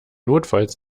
notfalls